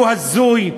הוא הזוי,